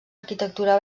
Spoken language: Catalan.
arquitectura